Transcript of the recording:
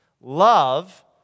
Love